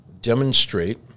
demonstrate